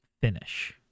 finish